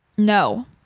no